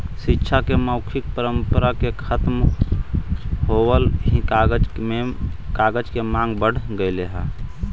शिक्षा के मौखिक परम्परा के खत्म होइत ही कागज के माँग बढ़ गेलइ